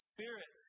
Spirit